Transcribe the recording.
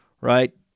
right